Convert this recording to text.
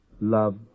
Love